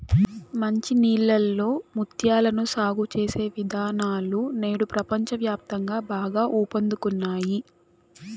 మంచి నీళ్ళలో ముత్యాలను సాగు చేసే విధానాలు నేడు ప్రపంచ వ్యాప్తంగా బాగా ఊపందుకున్నాయి